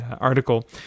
article